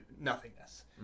nothingness